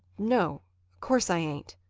no of course i ain't.